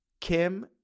Kim